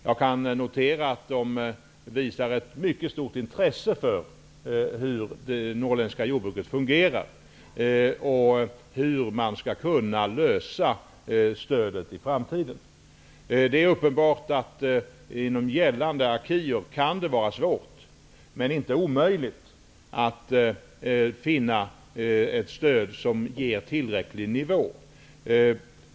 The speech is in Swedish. Jag kan notera att de visar ett mycket stort intresse för hur det norrländska jordbruket fungerar och hur man skall kunna utforma stödet i framtiden. Det är uppenbart att det kan vara svårt men inte omöjligt att enligt gällande acquis finna ett stöd som har tillräcklig nivå.